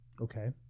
okay